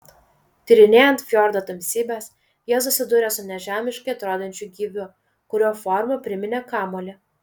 tyrinėjant fjordo tamsybes jie susidūrė su nežemiškai atrodančiu gyviu kurio forma priminė kamuolį